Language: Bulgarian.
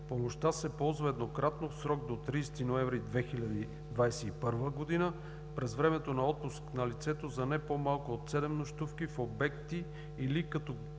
Помощта се ползва еднократно в срок до 30 ноември 2021 г., през времето на отпуск на лицето за не по-малко от седем нощувки в обекти или категоризирани